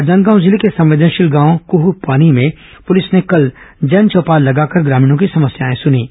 राजनादगांव जिले के संवेदनशील गांव केहुपानी में पुलिस ने कल जन चौपाल लगाकर ग्रामीणों की समस्याए सुनीं